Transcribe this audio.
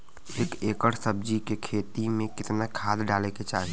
एक एकड़ सब्जी के खेती में कितना खाद डाले के चाही?